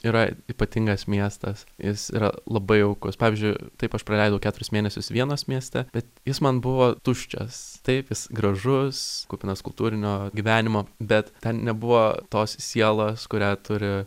yra ypatingas miestas jis yra labai jaukus pavyzdžiui taip aš praleidau keturis mėnesius vienos miestą bet jis man buvo tuščias taip jis gražus kupinas kultūrinio gyvenimo bet ten nebuvo tos sielos kurią turi